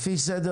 כן, לפי סדר